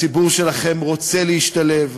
הציבור שלכם רוצה להשתלב,